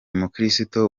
mukristo